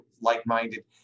like-minded